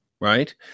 right